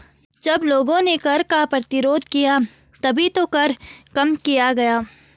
जब लोगों ने कर का प्रतिरोध किया तभी तो कर कम किया गया